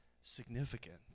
significant